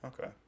okay